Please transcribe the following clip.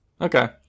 okay